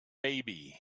baby